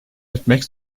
etmek